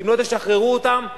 ואם לא תשחררו אותם,